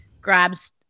grabs